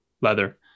leather